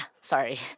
sorry